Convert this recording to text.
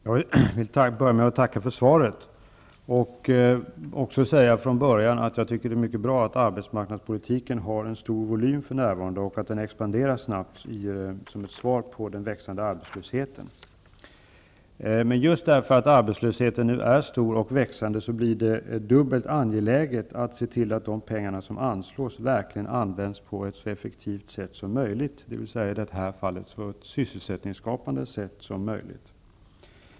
Herr talman! Jag vill börja med att tacka för svaret. Jag vill från början också säga att jag tycker att det är mycket bra att arbetsmarknadspolitiken för närvarande har en stor volym och att den expanderar snabbt som ett svar på den växande arbetslösheten. Men just därför att arbetslösheten nu är stor och växande blir det dubbelt angeläget att se till att de pengar som anslås verkligen används på ett så effektivt sätt som möjligt, dvs. i det här fallet på ett så sysselsättningsskapande sätt som möjligt.